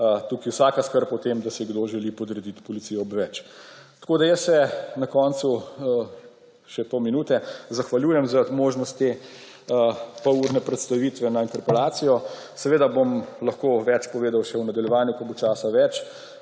tukaj vsaka skrb o tem, da si kdo želi podredit policijo, odveč. Jaz se na koncu – še pol minute – zahvaljujem za možnost te polurne predstavitve na interpelacijo. Seveda bom lahko več povedal še v nadaljevanju, ko bo časa več.